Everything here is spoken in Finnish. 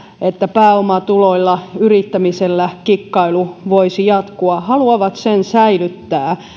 pääomatuloilla yrittämisellä kikkailu voisi jatkua säilyttää